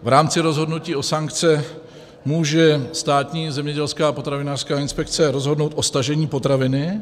V rámci rozhodnutí o sankci může Státní zemědělská a potravinářská inspekce rozhodnout o stažení potraviny.